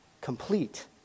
complete